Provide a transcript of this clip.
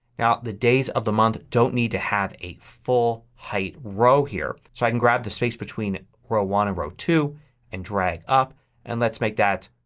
now the days of the month don't need to have a full height row here. so i can grab the space between row one and row two and drag up and let's make that